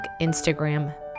Instagram